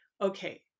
okay